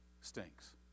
stinks